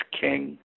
king